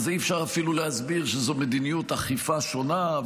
על זה אי-אפשר אפילו להסביר שזאת מדיניות אכיפה שונה,